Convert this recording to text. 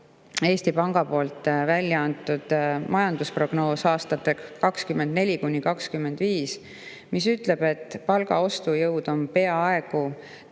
Eesti Panga välja antud majandusprognoosi aastateks 2024–2025, mis ütleb, et ostujõud on peaaegu